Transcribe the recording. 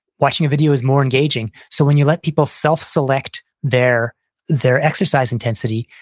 watching a video is more engaging. so when you let people self select their their exercise intensity,